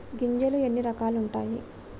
గింజలు ఎన్ని రకాలు ఉంటాయి?